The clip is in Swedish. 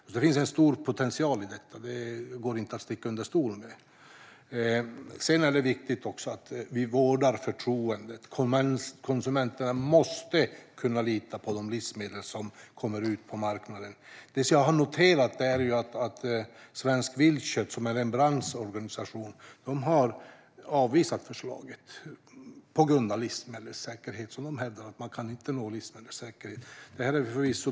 Det går inte att sticka under stol med att det finns en stor potential i detta. Det är också viktigt att vi vårdar förtroendet. Konsumenterna måste kunna lita på de livsmedel som kommer ut på marknaden. Jag har noterat att Svenskt Viltkött, som är en branschorganisation, har avvisat förslaget med tanke på livsmedelssäkerhet. De hävdar att man inte kan nå livsmedelsäkerhet.